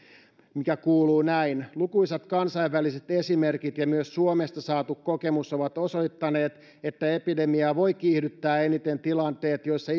mikä kuuluu näin lukuisat kansainväliset esimerkit ja myös suomesta saatu kokemus ovat osoittaneet että epidemiaa voi kiihdyttää eniten tilanteet joissa